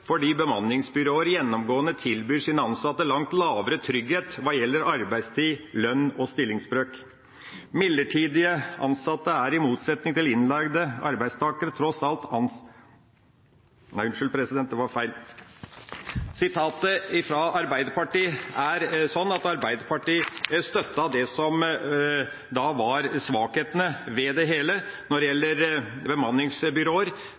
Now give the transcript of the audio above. fordi bemanningsbyråer gjennomgående tilbyr sine ansatte langt lavere trygghet hva gjelder arbeidstid, lønn og stillingsbrøk. Midlertidig ansatte er i motsetning til innleide arbeidstakere tross alt ansatt». – Nei, unnskyld, dette ble feil, sitatet er ikke fra Arbeiderpartiet! Det er sånn at Arbeiderpartiet støttet det som var svakhetene ved det hele når det gjelder bemanningsbyråer,